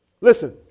Listen